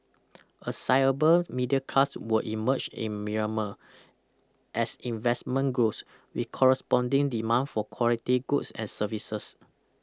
a sizable middle class will emerge in Myanmar as investment grows with corresponding demand for quality goods and services